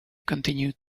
continued